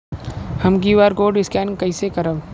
हम QR code scan कइसे करब?